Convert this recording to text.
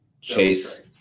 chase